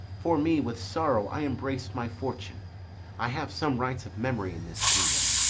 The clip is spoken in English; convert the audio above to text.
for me, with sorrow i embrace my fortune i have some rights of memory in this kingdom,